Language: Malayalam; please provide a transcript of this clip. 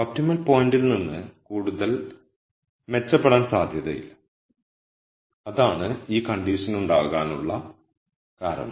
ഒപ്റ്റിമൽ പോയിന്റിൽ നിന്ന് കൂടുതൽ മെച്ചപ്പെടാൻ സാധ്യതയില്ല അതാണ് ഈ കണ്ടീഷനുണ്ടാകാനുള്ള കാരണം